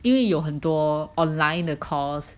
因为有很多 online 的 course